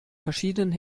verschiedenen